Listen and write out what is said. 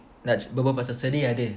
berbual pasal sedih ada